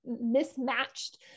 mismatched